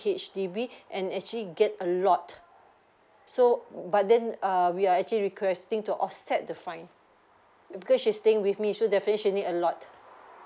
H_D_B and actually get a lot so but then err we are actually requesting to offset the fine because she's staying with me so definitely she needs a lot